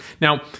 now